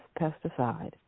pesticide